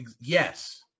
Yes